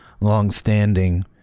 longstanding